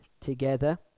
together